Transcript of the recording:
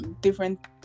different